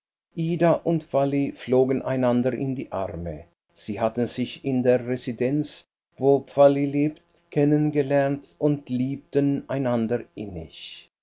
ida und vally flogen einander in die arme sie hatten sich in der residenz wo vally lebt kennen gelernt und liebten einander innig